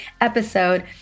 episode